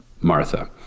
Martha